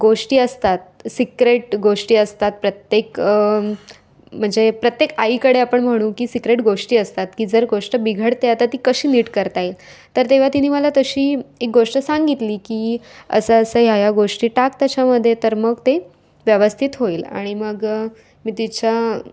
गोष्टी असतात सिक्रेट गोष्टी असतात प्रत्येक म्हणजे प्रत्येक आईकडे आपण म्हणू की सिक्रेट गोष्टी असतात की जर गोष्ट बिघडते आता ती कशी नीट करता येईल तर तेव्हा तिने मला तशी एक गोष्ट सांगितली की असं असं ह्या ह्या गोष्टी टाक त्याच्यामध्ये तर मग ते व्यवस्थित होईल आणि मग मी तिच्या